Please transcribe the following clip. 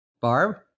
Barb